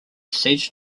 siege